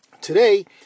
Today